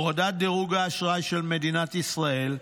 להורדת דירוג האשראי של מדינת ישראל,